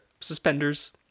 suspenders